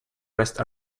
rest